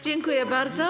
Dziękuję bardzo.